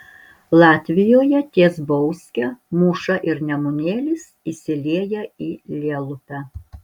latvijoje ties bauske mūša ir nemunėlis įsilieja į lielupę